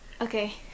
Okay